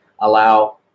allow